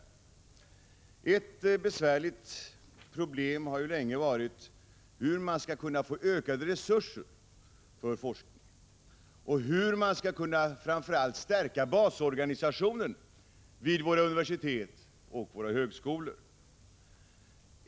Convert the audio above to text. De besvärliga problemen har länge varit hur man skall få ökade resurser för forskning och hur man skall kunna framför allt stärka basorganisationen vid våra universitet och högskolor.